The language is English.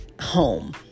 home